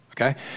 okay